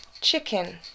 Chicken